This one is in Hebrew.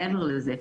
מעבר לזה,